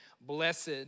blessed